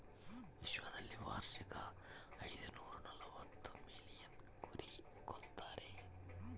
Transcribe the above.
ವಿಶ್ವದಲ್ಲಿ ವಾರ್ಷಿಕ ಐದುನೂರನಲವತ್ತು ಮಿಲಿಯನ್ ಕುರಿ ಕೊಲ್ತಾರೆ